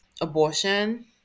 abortion